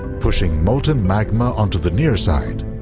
pushing molten magma onto the near side,